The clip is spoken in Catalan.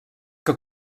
que